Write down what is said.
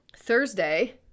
Thursday